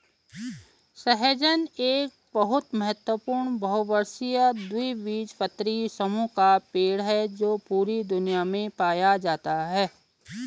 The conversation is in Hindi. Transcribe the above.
सहजन एक बहुत महत्वपूर्ण बहुवर्षीय द्विबीजपत्री समूह का पेड़ है जो पूरी दुनिया में पाया जाता है